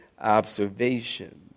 observation